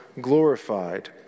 glorified